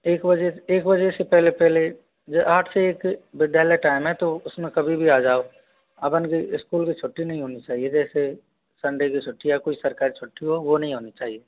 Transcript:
एक बजे एक बजे से पहले पहले आठ से एक विद्यालय टाइम है तो उसमें कभी भी आ जाओ अपन की स्कूल की छुट्टी नहीं होनी चाहिए जैसे संडे की छुट्टी या कोई सरकारी छुट्टी हो वो नहीं होनी चाहिए